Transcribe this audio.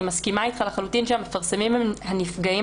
אני מסכימה אתך לחלוטין שהמפרסמים הם הנפגעים